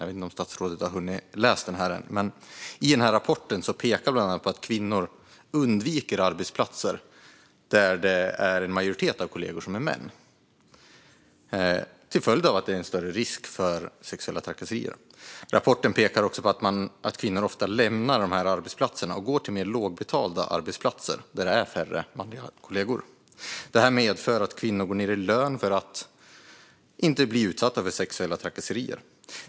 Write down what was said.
Jag vet inte om statsrådet har hunnit läsa den än. Men i rapporten pekar man bland annat på att kvinnor undviker arbetsplatser där majoriteten av kollegorna är män, till följd av större risk för sexuella trakasserier. Man pekar också på att kvinnor ofta lämnar de arbetsplatserna och går till mer lågbetalda arbetsplatser med färre manliga kollegor. Det medför att kvinnor går ned i lön för att inte bli utsatta för sexuella trakasserier.